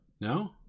no